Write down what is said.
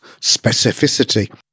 specificity